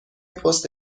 پست